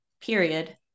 period